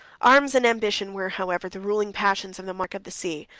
arms and ambition were, however, the ruling passions of the monarch of the sea.